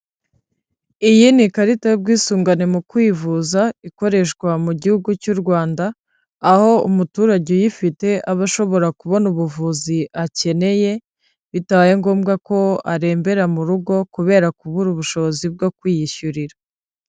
Iyi ni ikarita y'ubwisungane mu kwivuza, ikoreshwa mu gihugu cy'u Rwanda, aho umuturage uyifite aba ashobora kubona ubuvuzi akeneye, bitabaye ngombwa ko arembera mu rugo kubera kubura ubushobozi bwo kwiyishyurira.